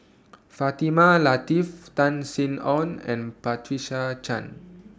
Fatimah Lateef Tan Sin Aun and Patricia Chan